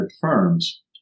firms